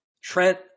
Trent